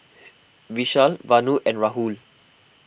Vishal Vanu and Rahul